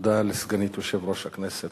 תודה לסגנית יושב-ראש הכנסת,